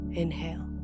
inhale